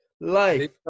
life